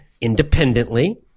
Independently